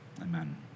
Amen